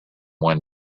windows